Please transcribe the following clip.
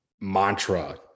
mantra